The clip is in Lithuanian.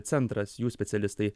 centras jų specialistai